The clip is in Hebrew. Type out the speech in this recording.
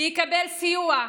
יקבל סיוע,